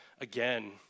again